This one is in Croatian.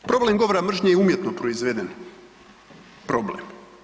Problem govora mržnje je umjetno proizveden problem.